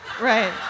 Right